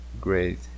great